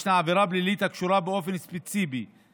יש עבירה פלילית הקשורה באופן ספציפי